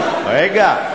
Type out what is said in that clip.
רגע,